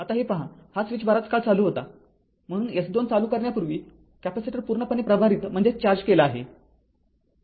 आता हे पहा हा स्विच बराच काळ चालू होता म्हणून S २ चालू करण्यापूर्वी कॅपेसिटर पूर्णपणे प्रभारित आहे